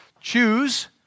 choose